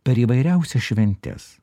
per įvairiausias šventes